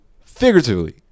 figuratively